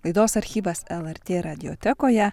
laidos archyvas lrt radiotekoje